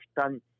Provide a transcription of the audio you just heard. done